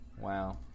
wow